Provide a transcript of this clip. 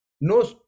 no